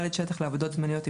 שטח לעבודות זמניות,